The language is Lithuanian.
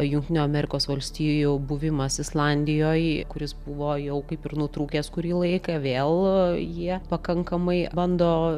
jungtinių amerikos valstijų buvimas islandijoj kuris buvo jau kaip ir nutrūkęs kurį laiką vėl jie pakankamai bando